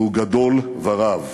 והוא גדול ורב.